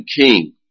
king